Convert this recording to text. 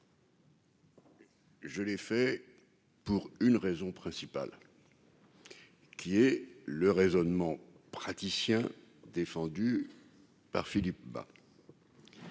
Je l'ai fait pour une raison principale qui est le raisonnement praticien défendue par Philippe Bas.